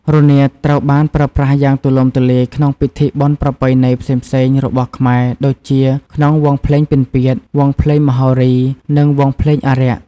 រនាតត្រូវបានប្រើប្រាស់យ៉ាងទូលំទូលាយក្នុងពិធីបុណ្យប្រពៃណីផ្សេងៗរបស់ខ្មែរដូចជាក្នុងវង់ភ្លេងពិណពាទ្យ វង់ភ្លេងមហោរី និងវង់ភ្លេងអារក្ស។